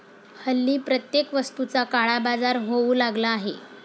हल्ली प्रत्येक वस्तूचा काळाबाजार होऊ लागला आहे